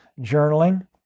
journaling